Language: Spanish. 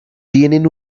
tienen